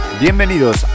Bienvenidos